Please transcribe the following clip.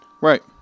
Right